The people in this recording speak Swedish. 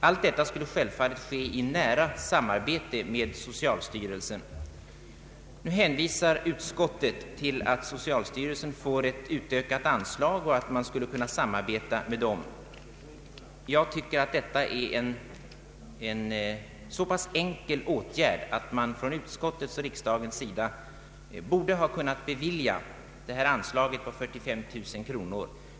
Allt detta skulle självfallet ske i nära samarbete med socialstyrelsen. Utskottet hänvisar till att socialstyrelsen får ett utökat anslag och att man skulle kunna samarbeta med den. Jag tycker att åtgärden är så pass enkel att man från utskottets och riksdagens sida borde ha kunnat bevilja det här anslaget på 45 000 kronor.